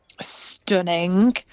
Stunning